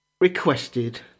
requested